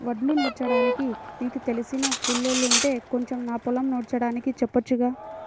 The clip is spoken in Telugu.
వడ్లు నూర్చడానికి నీకు తెలిసిన కూలోల్లుంటే కొంచెం నా పొలం నూర్చడానికి చెప్పొచ్చుగా